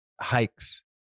hikes